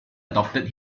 adopted